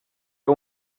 que